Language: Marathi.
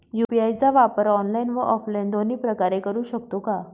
यू.पी.आय चा वापर ऑनलाईन व ऑफलाईन दोन्ही प्रकारे करु शकतो का?